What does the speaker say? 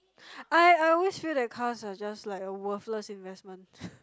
I I always feel that cars are just like a worthless investment